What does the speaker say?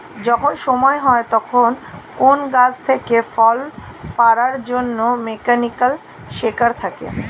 যখন সময় হয় তখন কোন গাছ থেকে ফল পাড়ার জন্যে মেকানিক্যাল সেকার থাকে